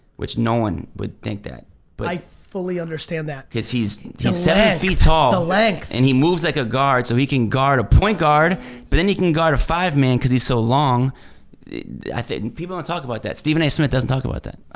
which no one would think that but i fully understand that because he's seven feet tall the legs, the legs and he moves like a guard so he can guard a point guard but then he can guard a five man cause he's so long i think people don't talk about that steven naismith doesn't talk about that.